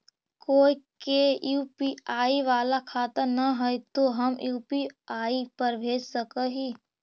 कोय के यु.पी.आई बाला खाता न है तो हम यु.पी.आई पर भेज सक ही?